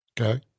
okay